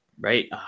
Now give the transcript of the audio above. Right